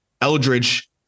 Eldridge